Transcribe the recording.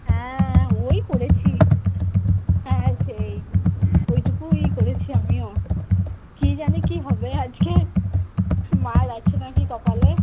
হ্যাঁ ওই করেছি হ্যাঁ সেই ওইটুকুই করেছি আমিও কী জানি কী হবে আজকে মার আছে না কি কপালে